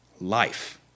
life